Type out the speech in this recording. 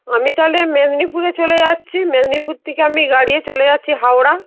আমি তাহলে মেদিনীপুরে চলে যাচ্ছি মেদিনীপুর থেকে গাড়ি নিয়ে চলে যাচ্ছি হাওড়া